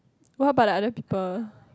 what about the other people